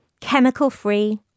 Chemical-free